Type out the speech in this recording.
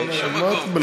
מה אתה,